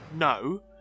No